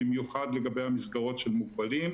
במיוחד לגבי המסגרות של מוגבלים.